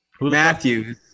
Matthews